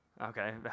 Okay